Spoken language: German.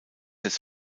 des